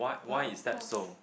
but of course